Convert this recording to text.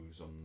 on